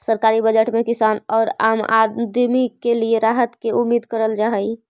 सरकारी बजट में किसान औउर आम आदमी के लिए राहत के उम्मीद करल जा हई